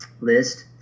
list